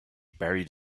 buried